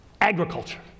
agriculture